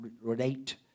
relate